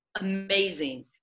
amazing